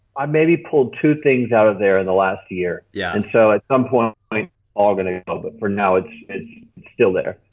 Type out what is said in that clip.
um maybe pulled two things out of there in the last year, yeah and so at some point it's all going to go but for now it's it's still there.